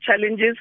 challenges